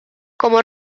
como